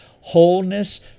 Wholeness